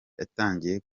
yatangiye